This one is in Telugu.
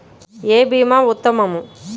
ఏ భీమా ఉత్తమము?